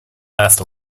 last